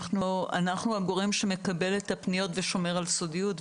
אנחנו הגורם שמקבל את הפניות ושומר על סודיות,